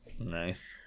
Nice